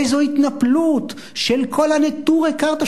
איזה התנפלות של כל הנטורי קרתא,